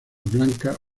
blancas